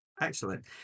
Excellent